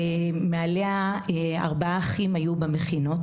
מעליה היו ארבעה אחים במכינות,